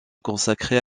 consacrer